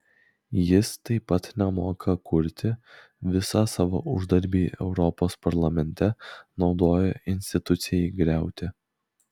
jis taip pat nemoka kurti visą savo uždarbį europos parlamente naudoja institucijai griauti